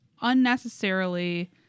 unnecessarily